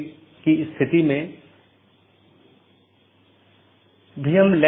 एक और बात यह है कि यह एक टाइपो है मतलब यहाँ यह अधिसूचना होनी चाहिए